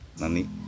Nani